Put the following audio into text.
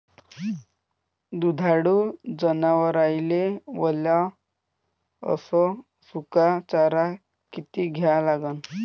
दुधाळू जनावराइले वला अस सुका चारा किती द्या लागन?